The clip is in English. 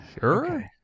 Sure